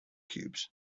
cubes